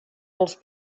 dels